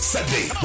Sunday